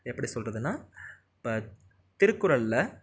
எப்படி சொல்கிறதுனா இப்போ திருக்குறள்ல